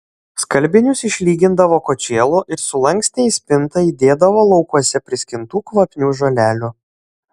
skalbinius išlygindavo kočėlu ir sulankstę į spintą įdėdavo laukuose priskintų kvapnių žolelių